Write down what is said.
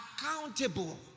accountable